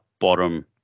bottom